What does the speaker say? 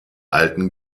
alten